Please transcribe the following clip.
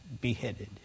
beheaded